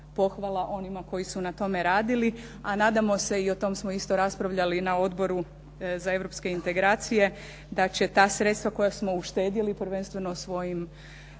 pohvala onima koji su na tome radili, a nadamo se i o tom smo isto raspravljali i na Odboru za europske integracije, da će ta sredstva koja smo uštedili prvenstveno svojim